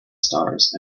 stars